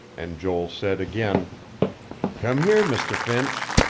and joel said again come here, mr. finch.